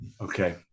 Okay